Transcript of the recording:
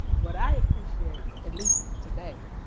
what i appreciate, at least today,